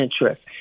interest